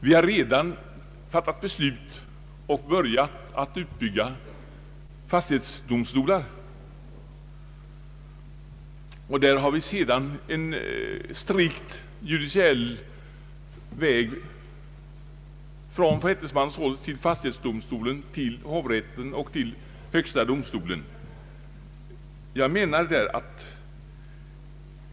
Vi har redan fattat beslut om och påbörjat utbyggnaden av fastighetsdomstolar. Vi har en strikt judiciell väg från förrättningsmannen till fastighetsdomstolen, till hovrätten och till högsta domstolen.